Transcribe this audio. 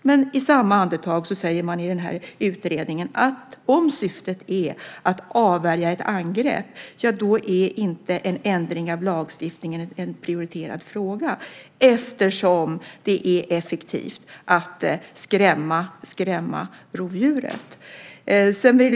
Men i samma andetag säger man i utredningen att om syftet är att avvärja ett angrepp är inte en ändring av lagstiftningen en prioriterad fråga eftersom det är effektivt att skrämma rovdjuret.